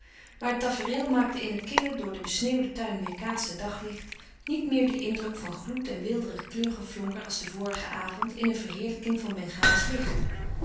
maar het tafereel maakte in het kille door den besneeuwden tuin weêrkaatste daglicht niet meer dien indruk van gloed en weelderig kleurgeflonker als den vorigen avond in een verheerlijking van bengaalsch licht